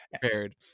prepared